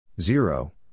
Zero